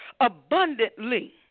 abundantly